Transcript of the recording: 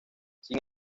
sin